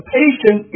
patient